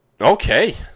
Okay